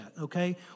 okay